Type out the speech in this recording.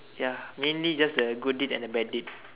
ya mainly just the good deed and the bad deed